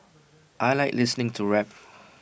I Like listening to rap